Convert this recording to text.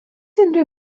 unrhyw